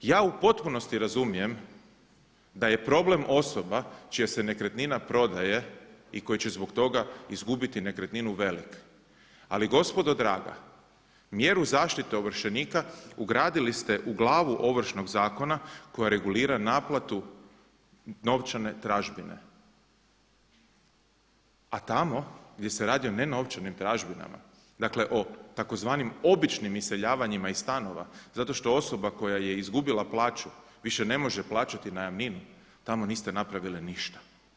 Ja u potpunosti razumijem da je problem osoba čija se nekretnina prodaje i koje će zbog toga izgubiti nekretninu velik, ali gospodo draga, mjeru zaštite ovršenika ugradili ste u glavu Ovršnog zakona koja regulira naplatu novčane tražbine, a tamo gdje se radi o ne novčanim tražbinama, dakle o tzv. običnim iseljavanjima iz stanova zato što osoba koja je izgubila plaću više ne može plaćati najamninu tamo niste napravili ništa.